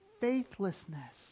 faithlessness